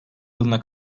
yılına